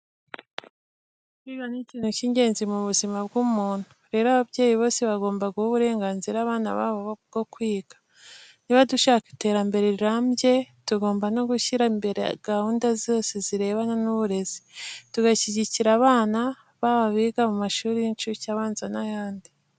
Kwiga ni ikintu cy'ingenzi mu buzima bw'umuntu. Rero ababyeyi bose bagomba guha uburenganzira abana babo bwo kwiga. Niba dushaka iterambere rirambye tugomba no gushyira imbere gahunda zose zirebana n'uburezi. Tugashyigikira abana baba abiga mu mashuri y'incuke, abanza n'ayandi.